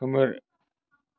खोमोर